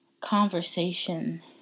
conversation